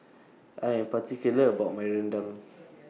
I Am particular about My Rendang